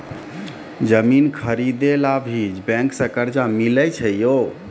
जमीन खरीदे ला भी बैंक से कर्जा मिले छै यो?